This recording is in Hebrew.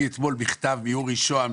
קיבלתי אתמול מכתב מאורי שוהם,